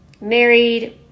married